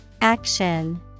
Action